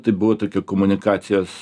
tai buvo tokia komunikacijos